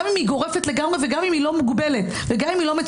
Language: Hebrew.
גם אם היא גורפת לגמרי וגם אם היא לא מוגבלת או מצומצמת.